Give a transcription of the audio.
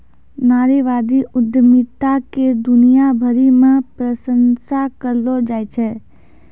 नारीवादी उद्यमिता के दुनिया भरी मे प्रशंसा करलो जाय छै